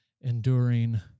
enduring